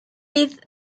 bydd